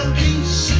peace